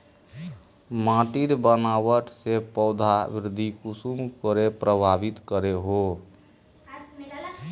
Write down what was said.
माटिर बनावट से पौधा वृद्धि कुसम करे प्रभावित करो हो?